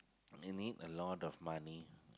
you need a lot of money